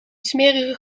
smerige